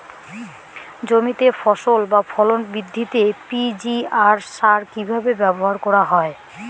জমিতে ফসল বা ফলন বৃদ্ধিতে পি.জি.আর সার কীভাবে ব্যবহার করা হয়?